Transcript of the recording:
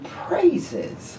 praises